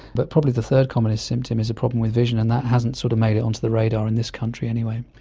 but probably the third commonest symptom is a problem with vision and that hasn't sort of made it onto the radar, in this country anyway.